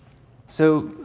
so,